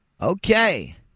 Okay